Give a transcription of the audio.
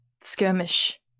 skirmish